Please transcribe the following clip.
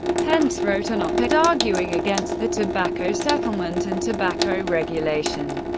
pence wrote an op-ed arguing against the tobacco settlement and tobacco regulation,